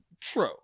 True